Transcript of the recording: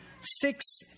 six